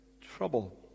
trouble